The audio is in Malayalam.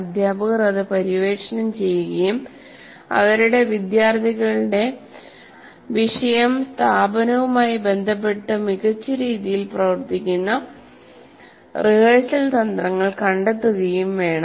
അധ്യാപകർ ഇത് പര്യവേക്ഷണം ചെയ്യുകയും അവരുടെ വിദ്യാർത്ഥികളുടെ വിഷയം സ്ഥാപനവുമായി ബന്ധപ്പെട്ട് മികച്ച രീതിയിൽ പ്രവർത്തിക്കുന്ന റിഹേഴ്സൽ തന്ത്രങ്ങൾ കണ്ടെത്തുകയും വേണം